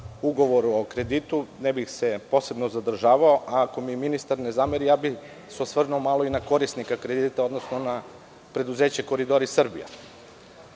ugovoru o kreditu, ne bih se posebno zadržava, a ako mi ministar ne zameri, osvrnuo bih se na korisnika kredita, odnosno na preduzeće „Koridori Srbija“.Šta